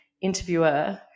interviewer